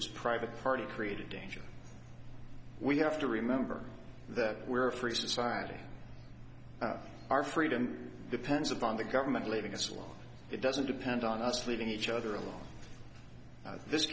was private party created danger we have to remember that we're a free society our freedom depends upon the government leaving us alone it doesn't depend on us leaving each other alone